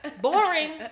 boring